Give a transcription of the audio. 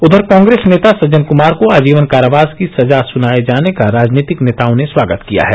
उधर कांग्रेस नेता सज्जन क्मार को आजीवन कारावास की सजा सुनाए जाने का राजनीतिक नेताओं ने स्वागत किया है